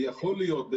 ויכול להיות,